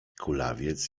kulawiec